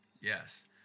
Yes